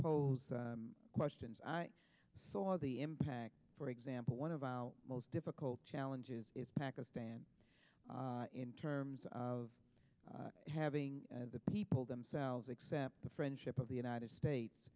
pose the questions i saw the impact for example one of our most difficult challenges is pakistan in terms of having the people themselves accept the friendship of the united states